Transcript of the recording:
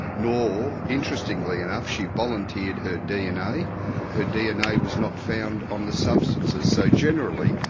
nor, interestingly enough, she volunteered her dna her dna was not found on the substances. so generally,